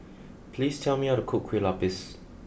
please tell me how to cook Kue Lupis